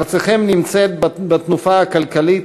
ארצכם נמצאת בתנופה כלכלית,